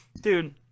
dude